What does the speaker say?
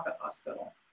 hospital